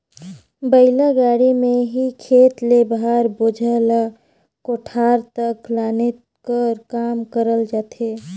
बइला गाड़ी मे ही खेत ले भार, बोझा ल कोठार तक लाने कर काम करल जाथे